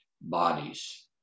bodies